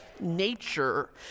nature